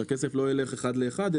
שהכסף לא ילך אחד לאחד,